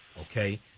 okay